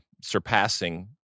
surpassing